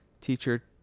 teacher